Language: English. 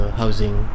housing